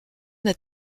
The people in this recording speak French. n’a